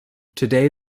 today